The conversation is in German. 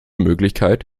möglichkeit